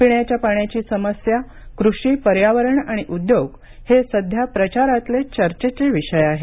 पिण्याच्या पाण्याची समस्या कृषी पर्यावरण आणि उद्योग हे सध्या प्रचारातले चर्चेचे विषय आहेत